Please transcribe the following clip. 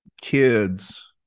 kids